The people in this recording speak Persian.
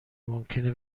ممکنه